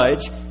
judge